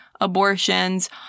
abortions